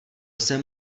jsem